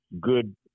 good